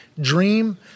dream